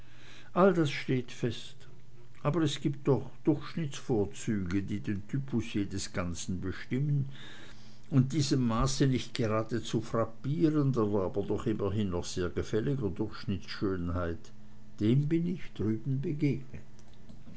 all das steht fest aber es gibt doch durchschnittsvorzüge die den typus des ganzen bestimmen und diesem maße nicht geradezu frappierender aber doch immerhin noch sehr gefälliger durchschnittsschönheit dem bin ich drüben begegnet